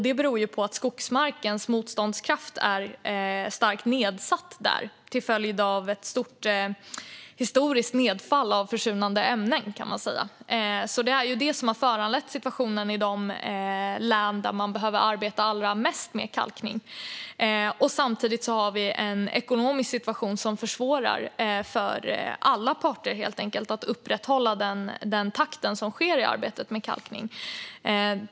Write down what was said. Det beror på att skogsmarkens motståndskraft är starkt nedsatt där till följd av ett historiskt stort nedfall av försurande ämnen, kan man säga. Det är detta som har föranlett situationen i de län där man behöver arbeta allra mest med kalkning. Samtidigt har vi en ekonomisk situation som försvårar för alla parter att upprätthålla takten i arbetet med kalkning.